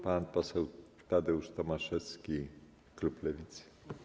Pan poseł Tadeusz Tomaszewski, klub Lewica.